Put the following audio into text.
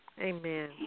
Amen